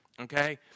okay